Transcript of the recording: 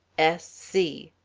s. c.